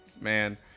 Man